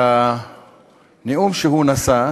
שהנאום שהוא נשא,